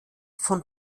von